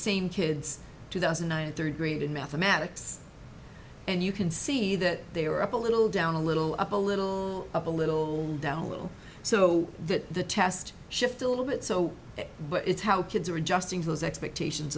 same kids two thousand and nine third grade in mathematics and you can see that they are up a little down a little up a little up a little down a little so that the test shift a little bit so but it's how kids are adjusting those expectations